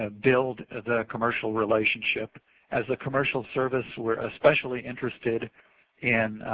ah build ah the commercial relationship as the commercial service weire especially interested in,